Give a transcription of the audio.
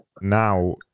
now